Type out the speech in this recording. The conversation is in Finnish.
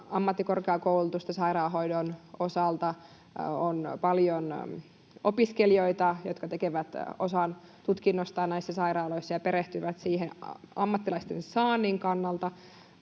ammattikorkeakoulutusta sairaanhoidon osalta, on paljon opiskelijoita, jotka tekevät osan tutkinnostaan näissä sairaaloissa ja perehtyvät siihen ammattilaisten saannin kannalta,